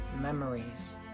memories